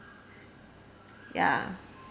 ya